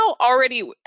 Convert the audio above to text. already